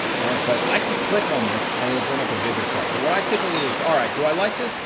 ah but i can click on this, and it'll bring up a bigger chart, but, what i typically do is go, all right, do i like this?